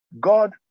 God